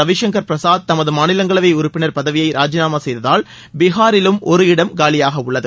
ரவிசங்கர் பிரசாத் தமது மாநிலங்களவை உறுப்பினர் பதவியை ராஜினாமா செய்ததால் பீகாரிலும் ஒரு இடம் காலியாக உள்ளது